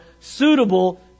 suitable